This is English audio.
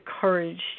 courage